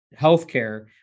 healthcare